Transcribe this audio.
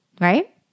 Right